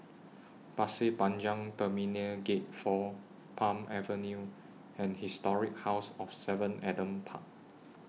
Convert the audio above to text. Pasir Panjang Terminal Gate four Palm Avenue and Historic House of seven Adam Park